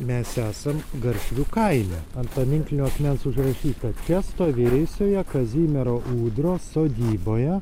mes esam garšvių kaime ant paminklinio akmens užrašyta čia stovėjusioje kazimiero ūdros sodyboje